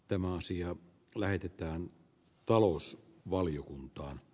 tämä asia lähetetään talous valiokuntaan